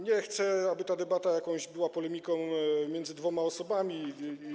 Nie chcę, aby ta debata była polemiką między dwoma osobami.